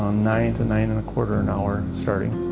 nine to nine and a quarter an hour starting.